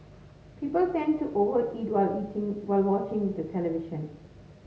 people tend to over eat while eating while watching the television